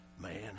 man